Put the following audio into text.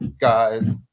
guys